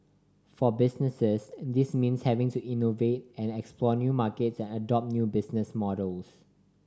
for businesses this means having to innovate and explore new markets and adopt new business models